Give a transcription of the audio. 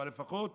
אבל לפחות